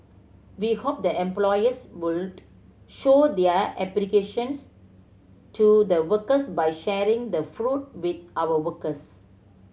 we hope the employers would show their applications to the workers by sharing the fruit with our workers